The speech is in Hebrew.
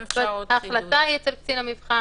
זאת אומרת, ההחלטה היא אצל קצין המבחן.